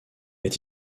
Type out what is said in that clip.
est